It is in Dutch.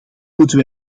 moeten